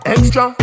Extra